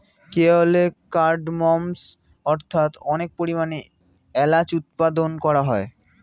কেরলে কার্ডমমস্ অর্থাৎ অনেক পরিমাণে এলাচ উৎপাদন করা হয়